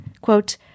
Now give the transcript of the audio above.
Quote